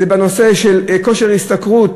הנושא של כושר השתכרות,